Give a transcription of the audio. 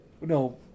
No